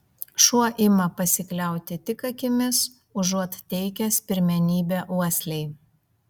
šuo ima pasikliauti tik akimis užuot teikęs pirmenybę uoslei